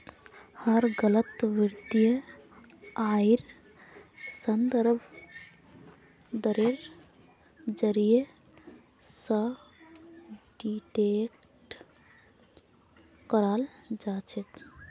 हर गलत वित्तीय आइर संदर्भ दरेर जरीये स डिटेक्ट कराल जा छेक